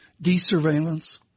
de-surveillance